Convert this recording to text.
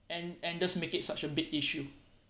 and and just make it such a big issue